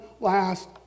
last